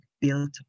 built